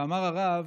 אמר הרב,